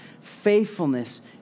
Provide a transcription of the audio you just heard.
faithfulness